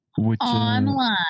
Online